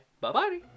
Bye-bye